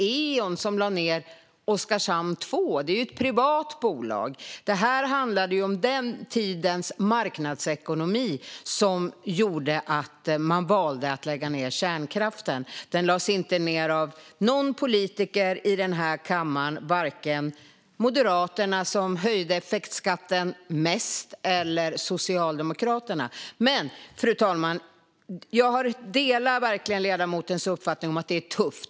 Eon, som är ett privat bolag, lade ned Oskarshamn 2. Den tidens marknadsekonomi gjorde att man valde att lägga ned kärnkraften. Den lades inte ned av någon politiker i den här kammaren, vare sig av Moderaterna som höjde effektskatten mest eller av Socialdemokraterna. Fru talman! Jag delar verkligen ledamotens uppfattning att det är tufft.